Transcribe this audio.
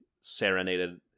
serenaded